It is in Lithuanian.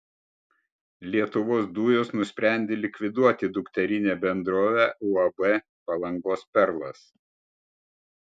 lietuvos dujos nusprendė likviduoti dukterinę bendrovę uab palangos perlas